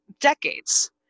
decades